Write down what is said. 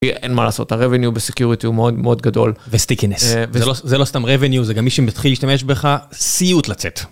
אין מה לעשות, הרווניו בסקיוריטי הוא מאוד מאוד גדול. וסטיקינס, וזה לא סתם רווניו, זה גם מי שמתחיל להשתמש בך, סיוט לצאת.